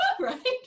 Right